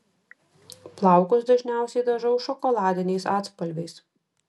plaukus dažniausiai dažau šokoladiniais atspalviais